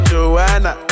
Joanna